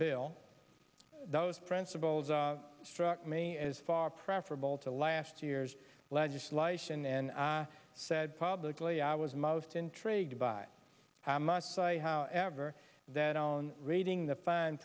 bill those principles struck me as far preferable to last year's legislation and i said publicly i was most intrigued by how much sight however that i own reading the fine